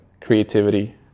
creativity